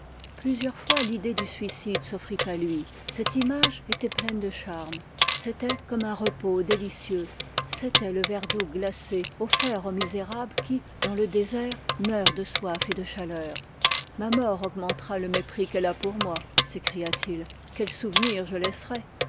plusieurs fois l'idée du suicide s'offrit à lui cette image état pleine de charmes c'était comme un repos délicieux c'était le verre d'eau glacée offert au misérable qui dans le désert meurt de soif et de chaleur ma mort augmentera le mépris qu'elle a pour moi s'écria-t-il quel souvenir je laisserai